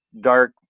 dark